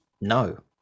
No